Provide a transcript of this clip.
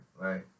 right